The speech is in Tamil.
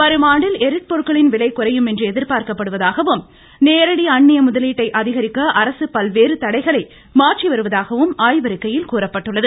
வரும் ஆண்டில் ளிபொருட்களின் விலை குறையும் என்று எதிர்பார்க்கப்படுவதாகவும் நேரடி அந்நிய முதலீட்டை அதிகரிக்க அரசு பல்வேறு தடைகளை மாற்றிவருவதாகவும் ஆய்வறிக்கையில் கூறப்பட்டுள்ளது